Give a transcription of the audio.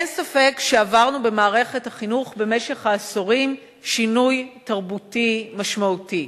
אין ספק שעברנו במערכת החינוך במשך העשורים שינוי תרבותי משמעותי.